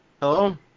Hello